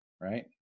right